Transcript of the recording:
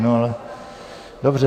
No dobře.